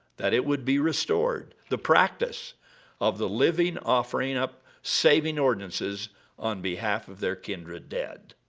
that it would be restored the practice of the living offering up saving ordinances on behalf of their kindred dead.